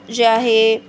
जे आहे